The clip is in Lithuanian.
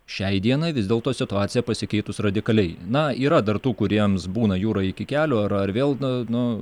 šiai dienai vis dėlto situacija pasikeitus radikaliai na yra dar tų kuriems būna jūra iki kelių ar ar vėl na nu